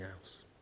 else